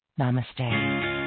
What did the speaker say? Namaste